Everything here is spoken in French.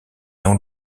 non